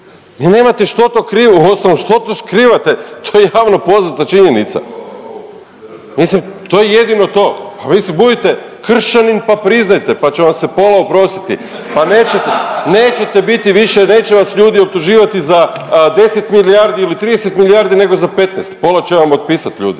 uostalom što to skrivate to je javno poznata činjenica. Mislim to je jedino to. Mislim budite kršćanin pa priznajte pa će vam se pola oprostiti, pa nećete, nećete biti više, neće vas ljudi optuživati za 10 milijardi ili 30 milijardi nego za 15, pola će vam otpisati ljudi.